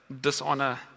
dishonor